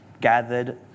gathered